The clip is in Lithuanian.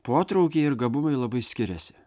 potraukiai ir gabumai labai skiriasi